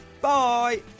Bye